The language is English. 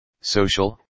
social